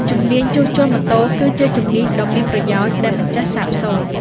ជំនាញជួសជុលម៉ូតូគឺជាជំនាញដ៏មានប្រយោជន៍ដែលមិនចេះសាបសូន្យ។